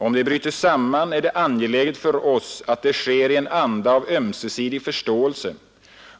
Om de bryter samman, är det angeläget för oss att det sker i en anda av ömsesidig förståelse.